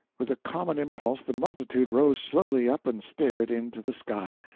with a common impulse the multitude rose slowly up and stared into the sky.